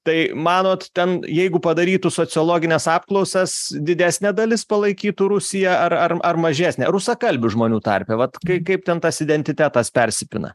tai manot ten jeigu padarytų sociologines apklausas didesnė dalis palaikytų rusiją ar ar ar mažesnė rusakalbių žmonių tarpe vat kai kaip ten tas identitetas persipina